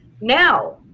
Now